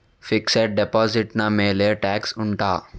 fixed deposit ನ ಮೇಲೆ tax ಉಂಟಾ